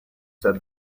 said